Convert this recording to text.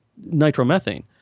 nitromethane